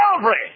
Calvary